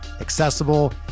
accessible